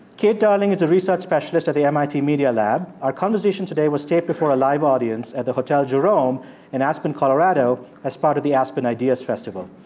kate darling is a research specialist at the mit media lab. our conversation today was taped before a live audience at the hotel jerome in aspen, colo, ah as part of the aspen ideas festival.